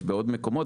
יש בעוד מקומות.